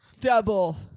Double